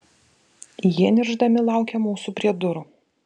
jie niršdami laukė mūsų prie durų